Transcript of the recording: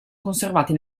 conservati